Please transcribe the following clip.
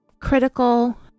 critical